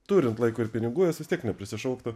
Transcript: turint laiko ir pinigų jos vis tiek neprisišauktų